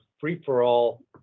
free-for-all